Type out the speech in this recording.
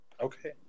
Okay